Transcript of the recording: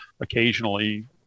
occasionally